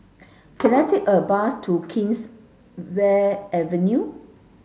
can I take a bus to Kingswear Avenue